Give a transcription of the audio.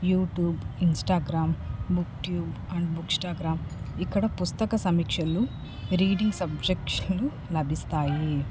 YouTube Instagram booktube and bookstagram ఇక్కడ పుస్తక సమీక్షలు రీడింగ్ సబ్జెక్షులు లభిస్తాయి